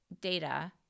data